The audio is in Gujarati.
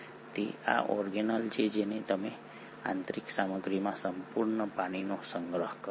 તે આ ઓર્ગેનેલ છે જે તેની આંતરિક સામગ્રીમાં સંપૂર્ણ પાણીનો સંગ્રહ કરે છે